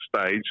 stage